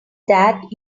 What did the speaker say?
that